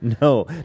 No